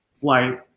flight